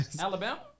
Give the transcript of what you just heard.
Alabama